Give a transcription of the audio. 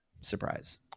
surprise